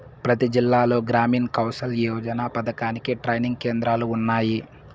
ప్రతి జిల్లాలో గ్రామీణ్ కౌసల్ యోజన పథకానికి ట్రైనింగ్ కేంద్రాలు ఉన్నాయి